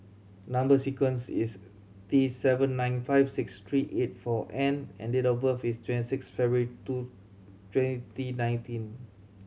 number sequence is T seven nine five six three eight four N and date of birth is twenty six February two twenty nineteen